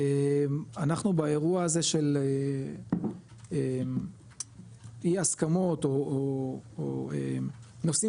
אנחנו באירוע הזה של אי הסכמות או נושאים